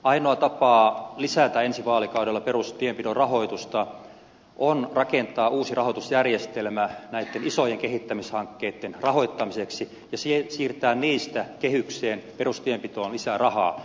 ainoa tapa lisätä ensi vaalikaudella perustienpidon rahoitusta on rakentaa uusi rahoitusjärjestelmä näitten isojen kehittämishankkeitten rahoittamiseksi ja siirtää niistä kehykseen perustienpitoon lisää rahaa